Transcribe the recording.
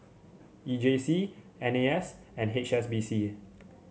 E J C N A S and H S B C